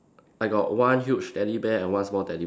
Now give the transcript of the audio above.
I got one huge teddy bear and one small teddy bear